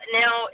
now